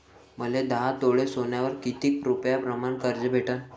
मले दहा तोळे सोन्यावर कितीक रुपया प्रमाण कर्ज भेटन?